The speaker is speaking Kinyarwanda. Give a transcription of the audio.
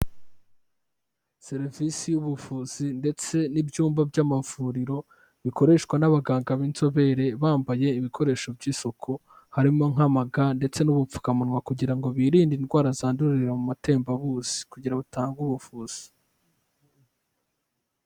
Serivisi y'ubuvuzi ndetse n'ibyumba by'amavuriro, bikoreshwa n'abaganga b'inzobere bambaye ibikoresho by'isuku, harimo nk'amaga ndetse n'ubupfukamunwa kugira ngo birinde indwara zandurira mu matembabuzi kugira ngo batange ubuvuzi.